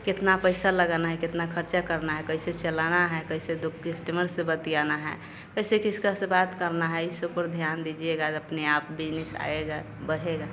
कितना पैसा लगाना है कितना खर्चा करना है कैसे चलाना है कैसे दो किस्टमर से बतियाना है कैसे किसका बात करना है इस सब पर ध्यान दीजिएगा अपने आप बिजनिस आएगा बढ़ेगा